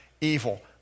evil